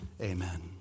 Amen